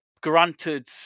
granted